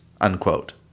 unquote